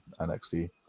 NXT